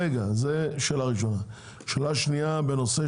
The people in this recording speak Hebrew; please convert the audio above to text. שנית, בנושא